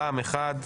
רע"מ אחד,